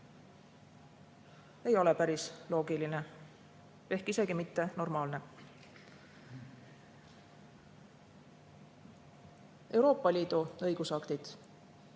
Ei ole päris loogiline, ehk isegi mitte normaalne. Euroopa Liidu õigusaktid.